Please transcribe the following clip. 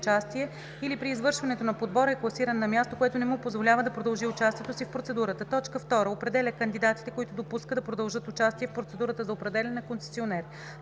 или при извършването на подбора е класиран на място, което не му позволява да продължи участието си в процедурата; 2. определя кандидатите, които допуска да продължат участие в процедурата за определяне на концесионер;